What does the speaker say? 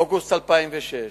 באוגוסט 2006,